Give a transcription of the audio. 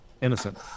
Innocent